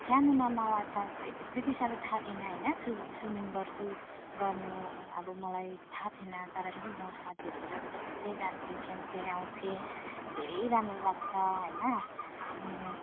सानोमा मलाई त ते त्यति साह्रो थाह थिएन होइन सुभ स्विमिङ गर्छु गर्नु अब मलाई थाह थिएन तर पनि म साथीहरूको जबर्जस्तीले जान्थेँ खेल्थेँ आउँथेँ धेरै राम्रो लाग्छ होइन अनि